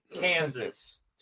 Kansas